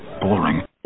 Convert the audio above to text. boring